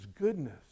goodness